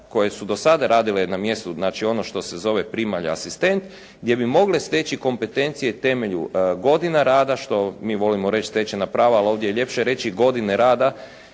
koje su do sada radile na mjestu, znači ono što se zove primalja asistent, gdje bi mogle steći kompetencije temelju godina rada što mi volimo reći stečena prava, ali ovdje je ljepše reći godine rada